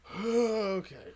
okay